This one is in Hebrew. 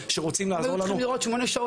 הם היו צריכים לראות שמונה שעות.